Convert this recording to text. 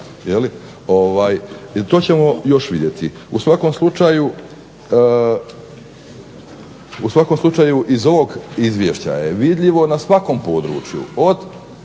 to ćemo još vidjeti. U svakom slučaju iz ovog izvješća je vidljivo na svakom području od